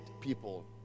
people